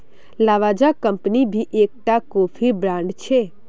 Lavazza company भी एक टा कोफीर ब्रांड छे